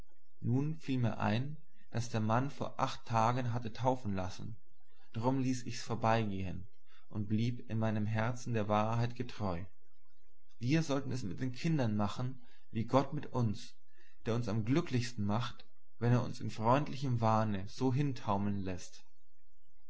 nun fiel mir ein daß der mann vor acht tagen hatte taufen lassen drum ließ ich's vorbeigehen und blieb in meinem herzen der wahrheit getreu wir sollen es mit den kindern machen wie gott mit uns der uns am glücklichsten macht wenn er uns in freundlichem wahne so